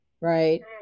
right